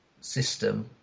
system